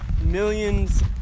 millions